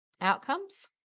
outcomes